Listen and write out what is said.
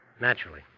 Naturally